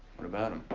what about them?